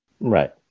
Right